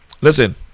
Listen